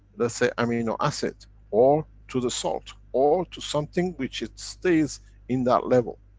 let's say, amino acid or to the salt or to something which it stays in that level.